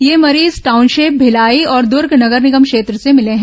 ये मरीज टाउनशिप भिलाई और दर्ग नगर निगम क्षेत्र से मिले हैं